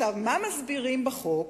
מה מסבירים בחוק?